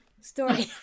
story